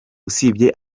usibye